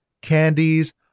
candies